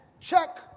Check